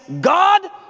God